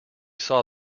saw